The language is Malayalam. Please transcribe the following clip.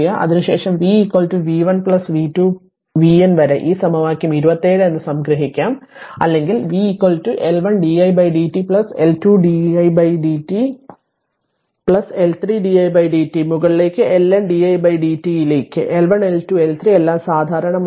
അതിനുശേഷം v v 1 പ്ലസ് v 2 മുതൽ v N വരെ ഈ സമവാക്യം 27 എന്ന് സംഗ്രഹിക്കാം അല്ലെങ്കിൽ v L 1 di dt plus L 2 d 2 di dt plus L 3 di dt മുകളിലേക്ക് LN di dt ലേക്ക് L 1 L 2 L 3 എല്ലാം സാധാരണമാണ്